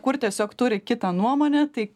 kur tiesiog turi kitą nuomonę tai